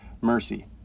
mercy